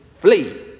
flee